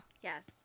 Yes